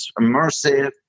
immersive